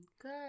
Good